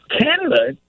Canada